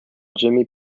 jimmy